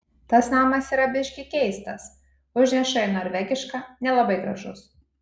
tas namas yra biški keistas užneša į norvegišką nelabai gražus